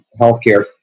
healthcare